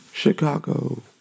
chicago